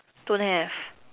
don't have